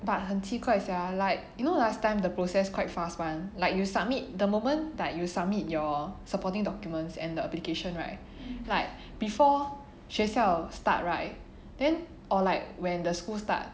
but 很奇怪 sia like you know last time the process quite fast [one] like you submit the moment that you submit your supporting documents and the application right like before 学校 start right then or like when the school start